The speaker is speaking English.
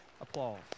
applause